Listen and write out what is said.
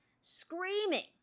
screaming